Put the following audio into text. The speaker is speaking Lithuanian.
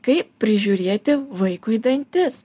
kaip prižiūrėti vaikui dantis